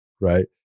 right